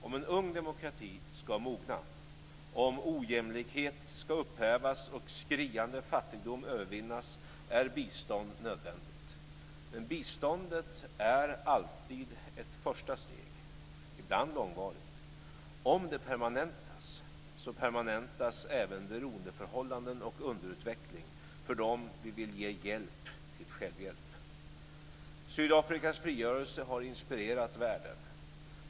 Om en ung demokrati ska mogna och om ojämlikhet ska upphävas och skriande fattigdom övervinnas är bistånd nödvändigt. Men biståndet är alltid ett första steg - ibland långvarigt. Om det permanentas så permanentas även beroendeförhållanden och underutveckling för dem vi vill ge hjälp till självhjälp. Sydafrikas frigörelse har inspirerat världen.